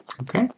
Okay